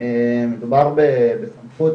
מדובר בסמכות